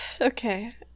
Okay